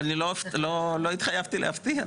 אני לא התחייבתי להפתיע.